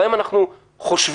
גם אם אנחנו חושבים,